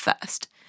first